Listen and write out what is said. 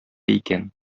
икән